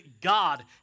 God